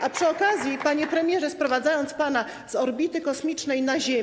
A przy okazji, panie premierze, sprowadzając pana z orbity kosmicznej na Ziemię.